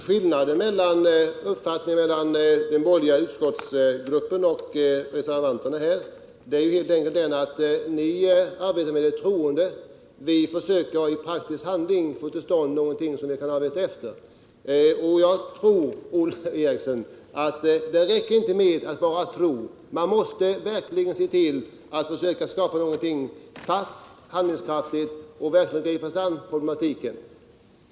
Herr talman! Skillnaden i uppfattning mellan den borgerliga utskottsgruppen och reservanterna är helt enkelt att ni tror, medan vi försöker att i praktisk handling få till stånd något som vi kan arbeta efter. Jag anser, Olle Eriksson, att det inte räcker med att tro. Man måste försöka skapa någonting fast och handlingskraftigt — man måste verkligen gripa sig an problematiken.